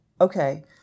okay